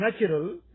natural